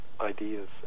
ideas